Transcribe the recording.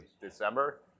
December